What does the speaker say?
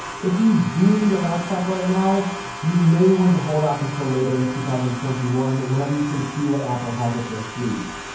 if you do need a laptop right now you may want to hold off until later in two thousand and twenty one, whenever you can see what apple has up their sleeve.